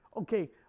okay